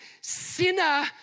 sinner